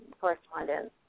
correspondence